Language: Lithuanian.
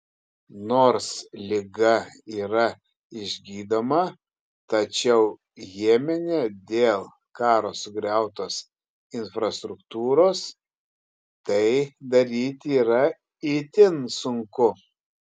nors liga yra išgydoma tačiau jemene dėl karo sugriautos infrastruktūros tai daryti yra itin sunku